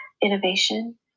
innovation